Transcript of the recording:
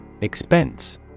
Expense